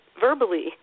verbally